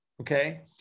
okay